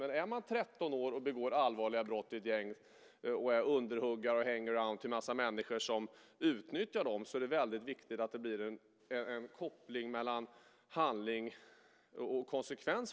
Men för dem som är 13 år och begår allvarliga brott i ett gäng och är underhuggare och hangaround till en massa människor som utnyttjar dem är det väldigt viktigt att det blir en koppling mellan handling och konsekvens.